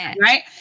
right